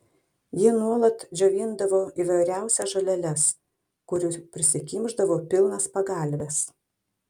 ji nuolat džiovindavo įvairiausias žoleles kurių prisikimšdavo pilnas pagalves